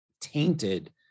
tainted